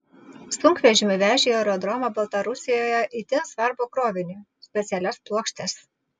sunkvežimiu vežė į aerodromą baltarusijoje itin svarbų krovinį specialias plokštes